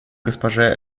госпоже